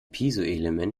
piezoelement